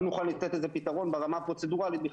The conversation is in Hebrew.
לא נוכל לתת לזה פתרון ברמה הפרוצדורלית בכלל.